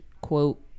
quote